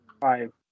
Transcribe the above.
Five